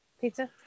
Pizza